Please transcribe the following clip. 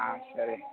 సరే